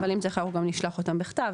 אבל גם נשלח אותם בכתב,